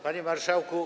Panie Marszałku!